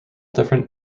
different